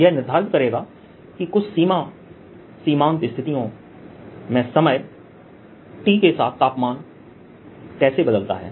यह निर्धारित करेगा कि कुछ सीमा सीमांत स्थितियों में समय के साथ तापमान कैसे बदलता है